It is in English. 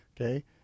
Okay